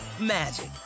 magic